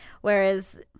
Whereas